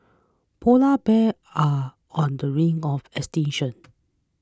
Polar Bears are on the brink of extinction